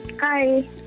Hi